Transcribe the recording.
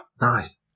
Nice